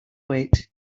weight